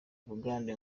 bugande